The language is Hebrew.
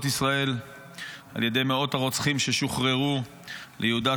ישראל על ידי מאות הרוצחים ששוחררו ליהודה,